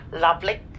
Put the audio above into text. Lovely